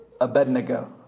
Abednego